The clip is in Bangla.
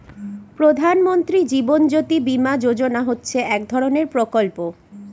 প্রধান মন্ত্রী জীবন জ্যোতি বীমা যোজনা হচ্ছে এক ধরনের প্রকল্প